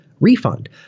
refund